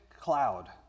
cloud